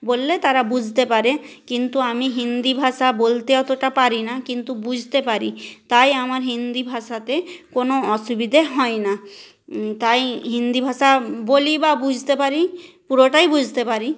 বললে তারা বুঝতে পারে কিন্তু আমি হিন্দি ভাষা বলতে অতোটা পারি না কিন্তু বুঝতে পারি তাই আমার হিন্দি ভাষাতে কোন অসুবিধে হয় না তাই হিন্দি ভাষা বলি বা বুঝতে পারি পুরোটাই বুঝতে পারি